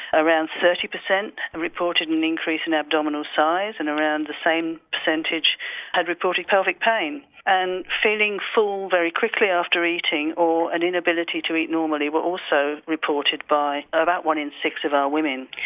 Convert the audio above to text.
around thirty percent and reported an increase in abdominal size and around the same percentage had reported pelvic pain and feeling full very quickly after eating or an inability to eat normally were also reported by about one in six of our women,